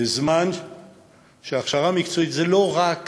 בזמן שהכשרה מקצועית זה לא רק